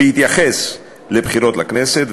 בהתייחס לבחירות לכנסת,